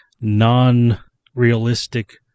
non-realistic